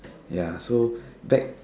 ya so back